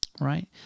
right